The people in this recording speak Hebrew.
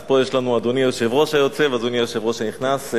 אז פה יש לנו אדוני היושב-ראש היוצא ואדוני היושב-ראש שנכנס.